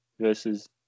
versus